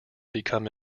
become